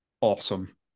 awesome